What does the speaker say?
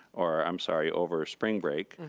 or, i'm sorry, over spring break,